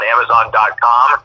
Amazon.com